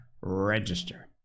Register